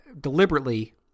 deliberately